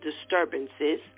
disturbances